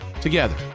together